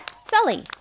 Sully